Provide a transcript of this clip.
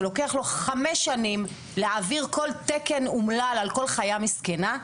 שלוקח לו חמש שנים להעביר כל תקן אומלל על כל חיה מסכנה,